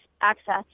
access